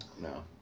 no